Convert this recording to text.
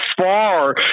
far